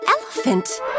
elephant